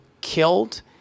killed